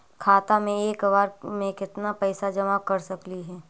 खाता मे एक बार मे केत्ना पैसा जमा कर सकली हे?